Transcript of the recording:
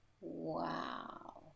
Wow